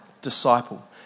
disciple